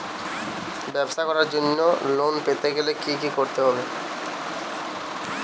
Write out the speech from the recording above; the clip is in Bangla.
ব্যবসা করার জন্য লোন পেতে গেলে কি কি করতে হবে?